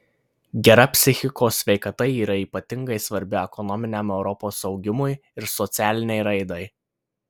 gera psichikos sveikata yra ypatingai svarbi ekonominiam europos augimui ir socialinei raidai